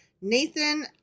Nathan